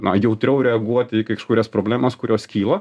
na jautriau reaguoti į kažkurias problemas kurios kyla